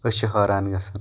أسۍ چھِ حٲران گژھان